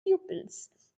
pupils